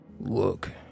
Look